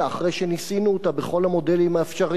אחרי שניסינו אותה בכל המודלים האפשריים